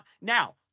now